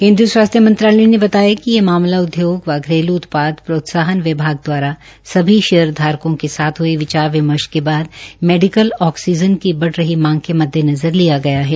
केन्द्रीय स्वास्थ्य मंत्रालय ने बताया कि ये मामला उदययोग व घरेलू उत्पाद प्रोत्साहन विभाग दवारा सभी शेयर धारकों के साथ हये विचार विमर्श के बाद मैडीकल ऑक्सीजन की बढ़ रही मांग के मद्देनज़र लिया गया है